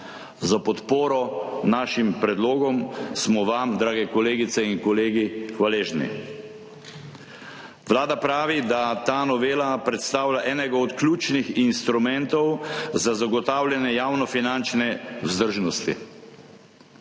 Za podporo našim predlogom smo vam, drage kolegice in kolegi, hvaležni. Vlada pravi, da ta novela predstavlja enega od ključnih instrumentov za zagotavljanje javnofinančne vzdržnosti.